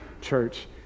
church